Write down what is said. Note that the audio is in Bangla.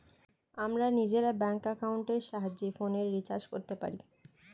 আমরা নিজেরা ব্যাঙ্ক অ্যাকাউন্টের সাহায্যে ফোনের রিচার্জ করতে পারি